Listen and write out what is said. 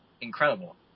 incredible